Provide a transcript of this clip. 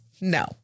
No